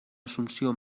assumpció